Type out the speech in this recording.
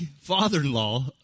father-in-law